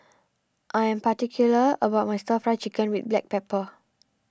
I am particular about my Stir Fry Chicken with Black Pepper